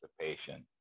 participation